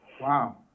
Wow